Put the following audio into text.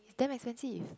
damn expensive